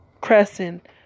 Crescent